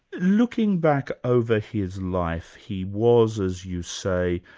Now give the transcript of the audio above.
looking back over his life, he was as you say,